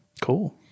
Cool